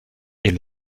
est